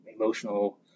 emotional